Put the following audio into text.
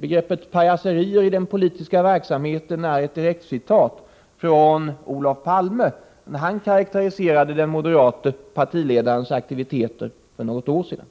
Begreppet pajaseri är i den politiska verksamheten ett direkt citat från Olof Palme när han karakteriserade den moderate partiledarens aktiviteter för något år sedan.